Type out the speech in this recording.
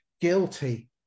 guilty